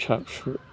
फिसा फिसौ